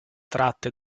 tratte